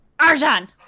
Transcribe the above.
Arjan